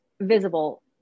visible